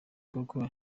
koko